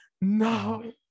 no